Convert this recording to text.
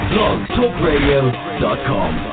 BlogTalkRadio.com